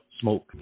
Smoke